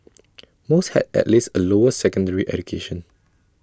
most had at least A lower secondary education